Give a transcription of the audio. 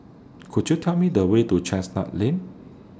Could YOU Tell Me The Way to Chestnut Lane